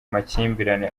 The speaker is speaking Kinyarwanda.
makimbirane